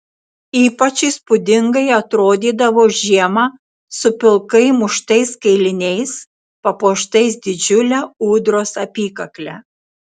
ypač įspūdingai atrodydavo žiemą su pilkai muštais kailiniais papuoštais didžiule ūdros apykakle